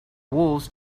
wolves